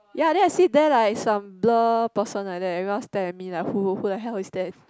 ya then I sit there like some blur person like that everyone stare at me like who who the hell is that